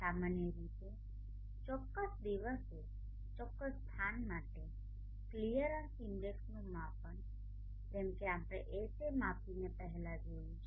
સામાન્ય રીતે ચોક્કસ દિવસે ચોક્કસ સ્થાન માટે ક્લિયરન્સ ઇન્ડેક્સનું માપન જેમ કે આપણે Ha માપીને પહેલાં જોયું છે